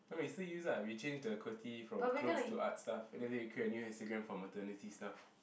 no we still use ah we change the qwerty from clothes to art stuff and then they create a new Instagram for maternity stuff